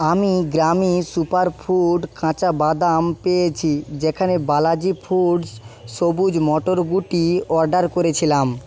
আমি গ্রামি সুপারফুড কাঁচা বাদাম পেয়েছি যেখানে বালাজি ফুডস সবুুজ মটর গুটি অর্ডার করেছিলাম